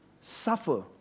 suffer